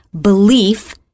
belief